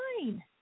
fine